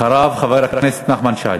אחריו חבר הכנסת נחמן שי.